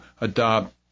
adopt